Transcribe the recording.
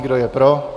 Kdo je pro?